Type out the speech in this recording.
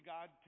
God